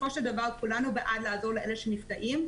בסופו של דבר כולנו בעד לעזור לאלה שנפגעים,